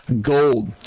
gold